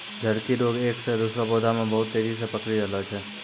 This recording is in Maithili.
झड़की रोग एक से दुसरो पौधा मे बहुत तेजी से पकड़ी रहलो छै